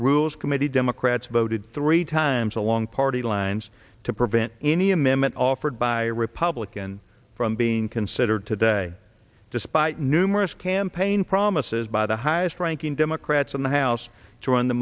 rules committee democrats voted three times along party lines to prevent any amendment offered by republican from being considered today despite numerous campaign promises by the highest ranking democrats in the house